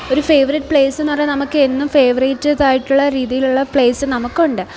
ഒരു favourite place എന്ന് പറഞ്ഞാൽ നമുക്ക് എന്നും ഫേവറേറ്റ് ഇതായിട്ടുള്ള രീതിയിലുള്ള പ്ലേസ് നമുക്കുണ്ട്